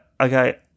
Okay